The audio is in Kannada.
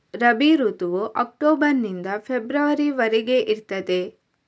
ರಬಿ ಋತುವು ಅಕ್ಟೋಬರ್ ನಿಂದ ಫೆಬ್ರವರಿ ವರೆಗೆ ಇರ್ತದೆ